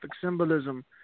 symbolism